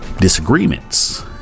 Disagreements